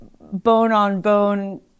bone-on-bone